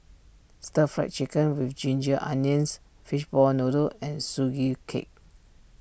Stir Fried Chicken with Ginger Onions Fishball Noodle and Sugee Cake